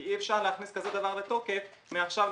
אי אפשר להכניס כזה דבר לתוקף מעכשיו לעכשיו.